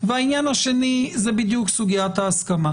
והעניין השני זה בדיוק סוגיית ההסכמה,